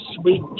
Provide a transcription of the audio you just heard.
sweet